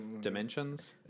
dimensions